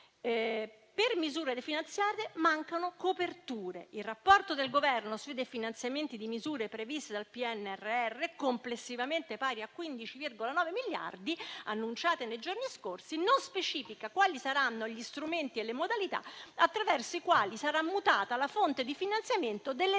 le misure definanziate, mancano le coperture. Il rapporto del Governo sui definanziamenti di misure previste dal PNRR, complessivamente pari a 15,9 miliardi, annunciate nei giorni scorsi non specifica quali saranno gli strumenti e le modalità attraverso i quali sarà mutata la fonte di finanziamento delle risorse